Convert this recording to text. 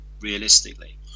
realistically